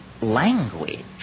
language